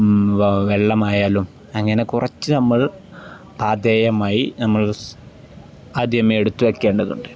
വെള്ളമായാലും അങ്ങനെ കുറച്ചു നമ്മൾ പാഥേയമായി നമ്മൾ ആദ്യമേ എടുത്തുവയ്ക്കേണ്ടതുണ്ട്